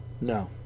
No